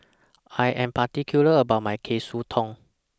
I Am particular about My Katsudon